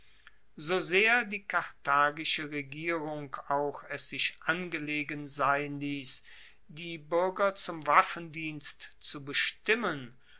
so sehr die karthagische regierung auch es sich angelegen sein liess die buerger zum waffendienst zu bestimmen